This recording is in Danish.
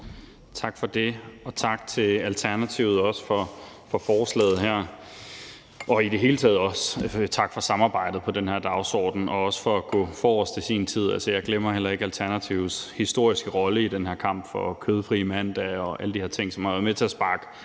Tak for det. Tak til Alternativet for forslaget her, og i det hele taget tak for samarbejdet på den her dagsorden og også for at gå forrest i sin tid. Altså, jeg glemmer heller ikke Alternativets historiske rolle i den her kamp for kødfrie mandage og alle de her ting, som har været med til at sparke